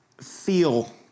feel